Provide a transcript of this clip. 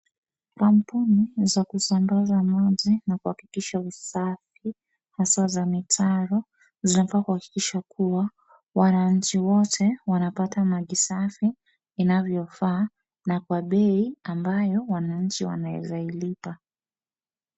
Kampuni za kusambaza maji na kuhakikisha usafi hasa za mitaro zinafaa kuhakikisha kuwa wananchi wote wanapata maji safi inavyofaa na bei ambayo wananchi wanaeza ilipa.